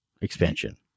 expansion